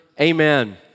amen